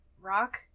rock